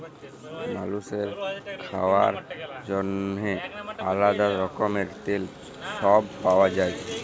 মালুসের খাওয়ার জন্যেহে আলাদা রকমের তেল সব পাওয়া যায়